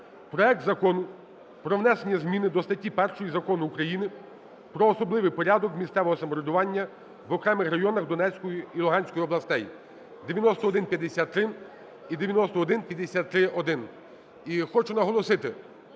проект Закону про внесення зміни до статті 1 Закону України "Про особливий порядок місцевого самоврядування в окремих районах Донецької і Луганської областей" ( 9153 і 9153-1). І хочу наголосити,